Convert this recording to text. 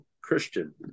Christian